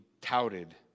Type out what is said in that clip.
touted